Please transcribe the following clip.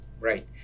right